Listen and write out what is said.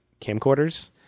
camcorders